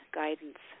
guidance